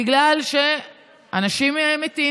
בגלל שאנשים האלה מתים,